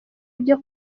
ibyo